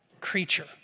creature